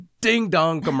Ding-dong